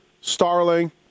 Starling